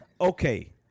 okay